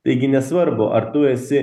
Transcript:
taigi nesvarbu ar tu esi